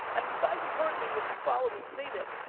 um you guys have heard me, if you follow me, say this.